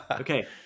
Okay